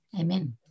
Amen